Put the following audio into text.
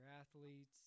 athletes